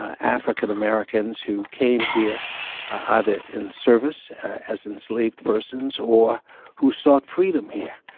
african-americans who came here either in service as enslaved persons or who sought freedom here.